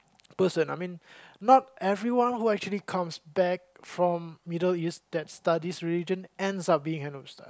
person I mean not everyone who actually comes back from Middle-East that studies religion ends up being an ustaz